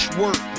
work